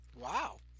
wow